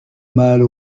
malle